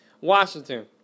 Washington